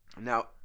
Now